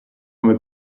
come